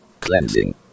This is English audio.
Cleansing